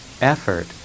effort